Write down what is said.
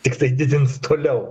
tiktai didins toliau